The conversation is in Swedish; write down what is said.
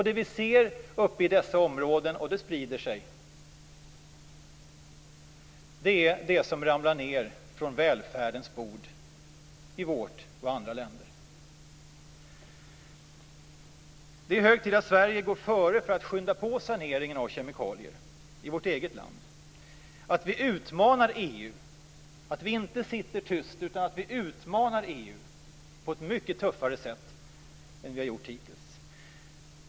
Det vi ser i dessa områden, och det sprider sig, är det som ramlar ned från välfärdens bord i vårt land och i andra länder. Det är hög tid att Sverige går före för att skynda på saneringen av kemikalier i vårt eget land, att vi inte sitter tysta utan utmanar EU på ett mycket tuffare sätt än vi har gjort hittills.